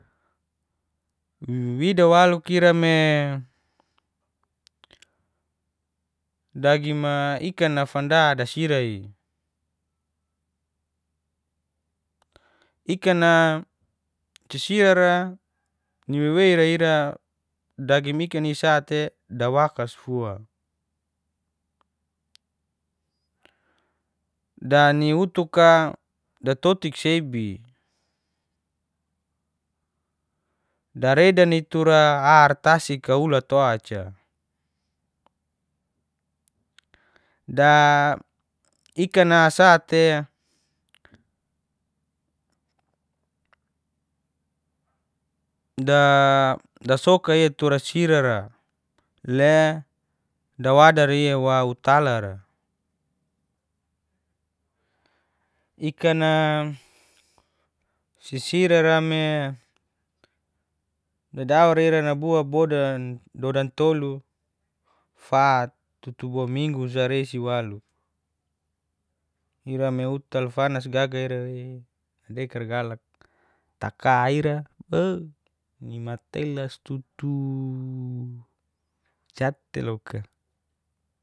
Wida waluk ira me dagima ikana fanda dasirai, ikana sisirara ni weiweira ira. Dagim ikani isa'te dawakas fua. Dani utuka datotik sebi, daredani tura ar tasik ulat oca, da ikana sa'te dasokai tura sirara. Le dawadari wa utalara ikana sisirara me dadauri nabua bodan, dodan tolu, fat, tutu bo minggu sa resi walu, ira me utalfanas gaga irae, dekar galak taka ira eih ni matelas tutu jat teloka.